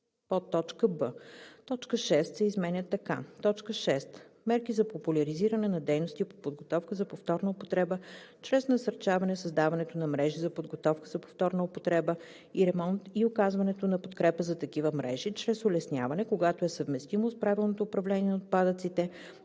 комисия“; б) точка 6 се изменя така: „6. мерки за популяризиране на дейности по подготовка за повторна употреба чрез насърчаване създаването на мрежи за подготовка за повторна употреба и ремонт и оказването на подкрепа за такива мрежи, чрез улесняване, когато е съвместимо с правилното управление на отпадъците,